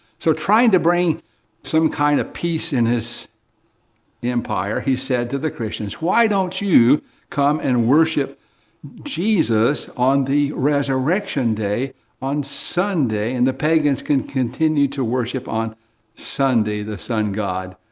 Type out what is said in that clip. so trying to bring some kind of peace in his empire, he said to the christians, why don't you come and worship jesus on the resurrection day on sunday? and the pagans can continue to worship on sunday, the sun god.